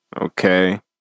Okay